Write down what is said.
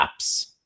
apps